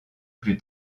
plus